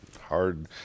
hard